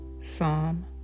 Psalm